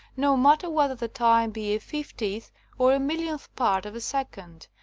no matter whether the time be a fiftieth or a millionth part of a second,